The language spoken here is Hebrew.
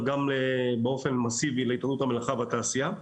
גם באופן מסיבי להתאחדות המלאכה והתעשייה,